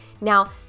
Now